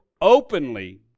openly